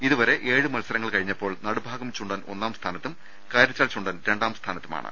ഇതുവരെ ഏഴ് മത്സരങ്ങൾ കഴിഞ്ഞപ്പോൾ നടുഭാഗം ചുണ്ടൻ ഒന്നാം സ്ഥാനത്തുംസ കാരിച്ചാൽ ചുണ്ടൻ രണ്ടാം സ്ഥാനത്തുമാണ്